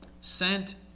sent